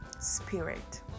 Spirit